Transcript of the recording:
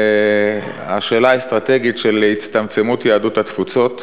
השאלה האסטרטגית של הצטמצמות יהדות התפוצות,